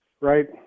right